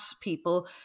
people